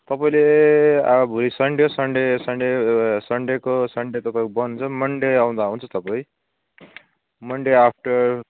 तपाईँले अब भोलि सन्डे हो सन्डे सन्डे सन्डे को सन्डे तपाईँको बन्द हुन्छ मन्डे आउँदा हुन्छ तपाईँ मन्डे आफ्टर